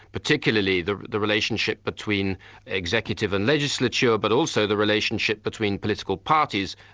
particularly the the relationship between executive and legislature, but also the relationship between political parties,